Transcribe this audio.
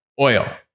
oil